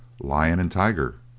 lion and tiger,